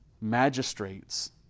magistrates